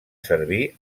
servir